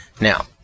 Now